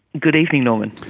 good evening, norman.